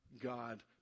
God